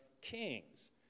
kings